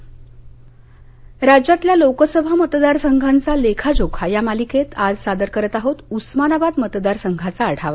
intro राज्यातल्या लोकसभा मतदारसंघांचा लेखाजोखा या मालिकेत आज सादर करत आहोत उस्मानाबाद मतदारसंघाचा आढावा